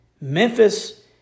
Memphis